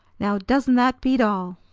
now, doesn't that beat all?